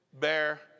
bear